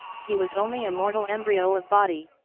he was only a mortal embryo of body,